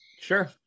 sure